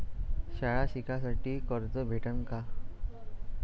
शाळा शिकासाठी कर्ज भेटन का?